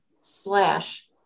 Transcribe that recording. slash